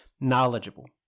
knowledgeable